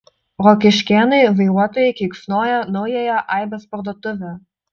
rokiškėnai vairuotojai keiksnoja naująją aibės parduotuvę